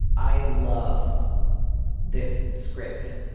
i love this script.